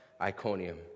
Iconium